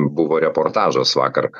buvo reportažas vakar